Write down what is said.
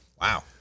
wow